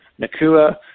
Nakua